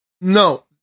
no